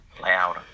loud